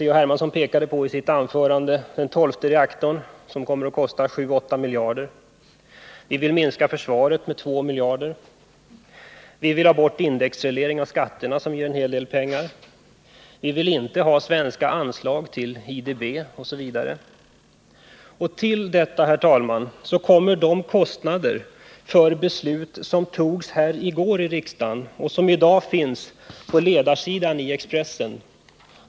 Hermansson pekade i sitt anförande på den tolfte reaktorn, som kommer att kosta 7-8 miljarder. Vi vill minska försvaret med 2 miljarder. Vi vill ha bort indexregleringen av skatterna, vilket ger en del pengar. Vi vill inte ha svenska anslag till IDB, osv. Till dessa exempel kommer, herr talman, de kostnader för det beslut som här fattades i riksdagen och som i dag tas upp på ledarsidan i Expressen.